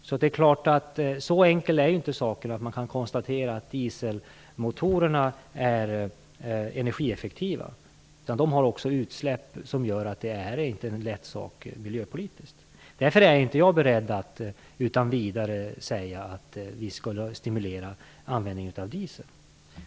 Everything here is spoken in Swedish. Frågan är alltså inte så enkel att man kan konstatera att dieselmotorerna är energieffektiva, utan deras utsläpp gör att detta inte är en lätt fråga miljöpolitiskt. Därför är jag inte beredd att utan vidare säga att vi skall stimulera användningen av diesel.